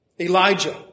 Elijah